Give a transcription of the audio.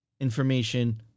information